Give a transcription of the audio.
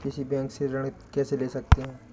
किसी बैंक से ऋण कैसे ले सकते हैं?